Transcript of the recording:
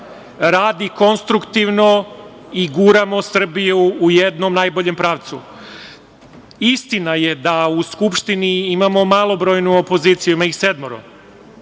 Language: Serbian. radi konstruktivno i guramo Srbiju u jednom najboljem pravcu. Istina je da u Skupštini imamo malobrojnu opoziciju, ima ih sedmoro,